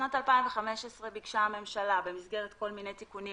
בשנת 2015 ביקשה הממשלה במסגרת כל מיני תיקונים